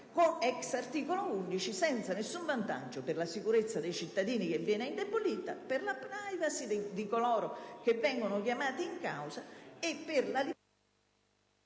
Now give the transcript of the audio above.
giustizia senza nessun vantaggio per la sicurezza dei cittadini, che viene indebolita, per la *privacy* di coloro che vengono chiamati in causa e per la libertà